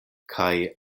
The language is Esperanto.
kaj